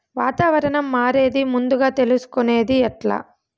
వాతావరణం మారేది ముందుగా తెలుసుకొనేది ఎట్లా?